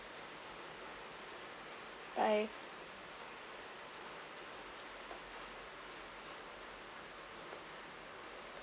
bye